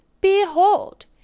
Behold